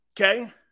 Okay